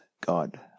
God